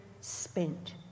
spent